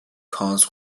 cars